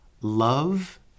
Love